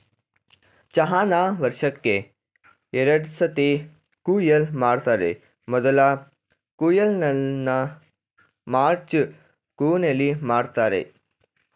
ಚಹಾನ ವರ್ಷಕ್ಕೇ ಎರಡ್ಸತಿ ಕೊಯ್ಲು ಮಾಡ್ತರೆ ಮೊದ್ಲ ಕೊಯ್ಲನ್ನ ಮಾರ್ಚ್ ಕೊನೆಲಿ ಮಾಡ್ತರೆ